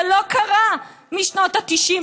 זה לא קרה משנות ה-90,